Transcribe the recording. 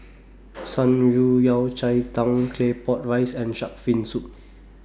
Shan Rui Yao Cai Tang Claypot Rice and Shark's Fin Soup